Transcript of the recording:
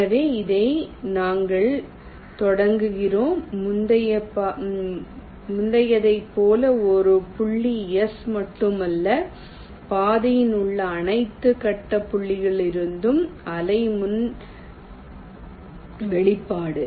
எனவே இதை நாங்கள் தொடங்குகிறோம் முந்தையதைப் போல ஒரு புள்ளி S மட்டுமல்ல பாதையில் உள்ள அனைத்து கட்ட புள்ளிகளிலிருந்தும் அலை முன் வெளிப்பாடு